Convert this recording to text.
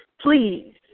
please